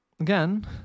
again